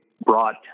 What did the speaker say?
brought